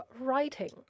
writing